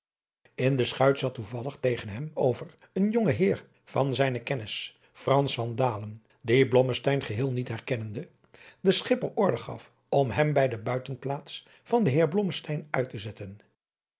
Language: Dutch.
in de schuit zat toevallig tegen hem over een jong heer van zijne kennis frans van dalen die blommesteyn geheel niet herkennende den schipper order gaf om hem bij de buitenplaats van den heer blommesteyn uit te zetten